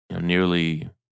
nearly